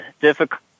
difficult